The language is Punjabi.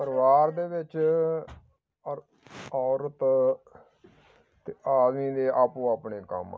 ਪਰਿਵਾਰ ਦੇ ਵਿੱਚ ਔਰ ਔਰਤ ਅਤੇ ਆਦਮੀ ਦੇ ਆਪੋ ਆਪਣੇ ਕੰਮ ਆ